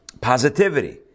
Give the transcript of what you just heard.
positivity